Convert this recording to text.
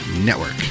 network